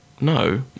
no